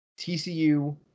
TCU